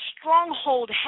stronghold